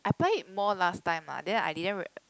I apply it more last time lah then I didn't r~